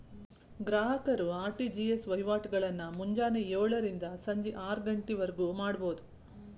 ಗ್ರಾಹಕರು ಆರ್.ಟಿ.ಜಿ.ಎಸ್ ವಹಿವಾಟಗಳನ್ನ ಮುಂಜಾನೆ ಯೋಳರಿಂದ ಸಂಜಿ ಆರಗಂಟಿವರ್ಗು ಮಾಡಬೋದು